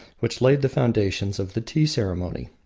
which laid the foundations of the tea-ceremony.